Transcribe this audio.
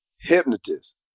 Hypnotist